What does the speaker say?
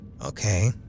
Okay